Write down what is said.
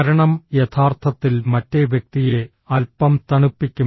കാരണം യഥാർത്ഥത്തിൽ മറ്റേ വ്യക്തിയെ അൽപ്പം തണുപ്പിക്കും